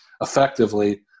effectively